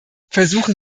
versuchen